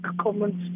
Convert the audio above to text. comments